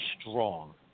strong